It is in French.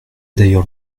d’ailleurs